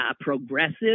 progressive